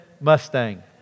Mustang